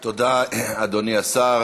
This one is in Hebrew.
תודה, אדוני השר.